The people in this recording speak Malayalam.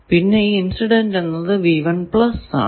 പിന്നെ ഇൻസിഡന്റ് എന്നത് ആണ്